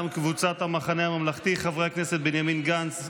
קבוצת סיעת המחנה הממלכתי: חברי הכנסת בנימין גנץ,